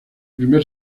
primer